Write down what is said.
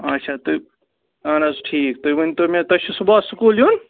آچھا تہٕ اہن حظ ٹھیٖک تُہۍ ؤنۍتو مےٚ تۄہہِ چھُو صُبحس سکوٗل یُن